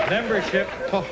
Membership